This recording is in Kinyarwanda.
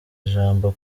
ijambo